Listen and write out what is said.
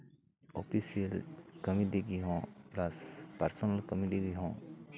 official ᱠᱟᱹᱢᱤ ᱞᱟᱹᱜᱤᱫ ᱦᱚᱸ ᱯᱞᱟᱥ ᱯᱟᱨᱥᱳᱱᱟᱞ ᱠᱟᱹᱢᱤ ᱞᱟᱹᱜᱤᱫ ᱦᱚᱸ